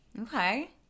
Okay